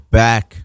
back